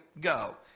go